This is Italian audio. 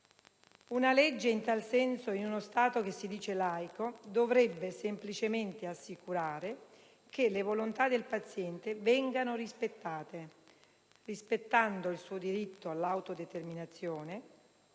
Una legge in tal senso, in uno Stato che si dice laico, dovrebbe semplicemente assicurare che le volontà del paziente vengano rispettate, rispettando il suo diritto all'autodeterminazione